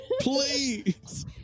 Please